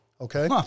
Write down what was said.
Okay